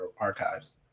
archives